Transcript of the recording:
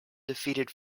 defeated